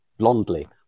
blondly